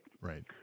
Right